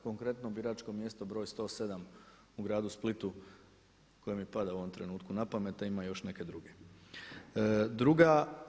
Konkretno biračko mjesto broj 107. u Gradu Splitu koji mi pada u ovom trenutku na pamet, a ima još neka druga.